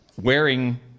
Wearing